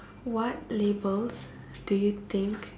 what labels do you think